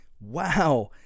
wow